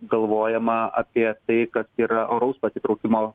galvojama apie tai kas yra oraus pasitraukimo